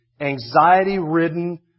anxiety-ridden